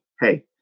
Hey